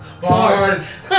Bars